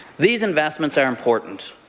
these investments are important,